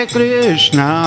Krishna